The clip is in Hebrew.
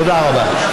תודה רבה.